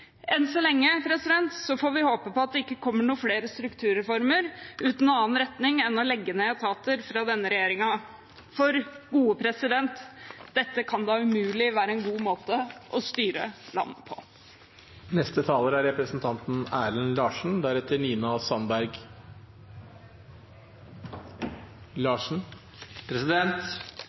så lenge får vi håpe på at det ikke kommer flere strukturreformer uten annen retning enn å legge ned etater fra denne regjeringen. For dette kan da umulig være en god måte å styre landet